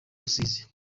rusizi